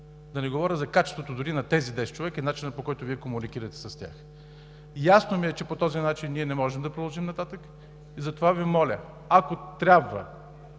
Да не говоря за качеството дори на тези 10 човека и начина, по който Вие комуникирате с тях. Ясно ми е, че по този начин ние не можем да продължим нататък. Затова Ви моля, ако трябва,